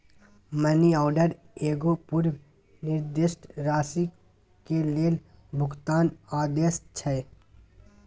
money order एगो पूर्व निर्दिष्ट राशि के लेल भुगतान आदेश छै